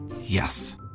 Yes